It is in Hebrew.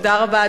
תודה רבה.